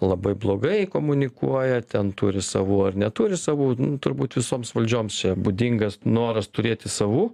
labai blogai komunikuoja ten turi savų ar neturi savų turbūt visoms valdžioms čia būdingas noras turėti savų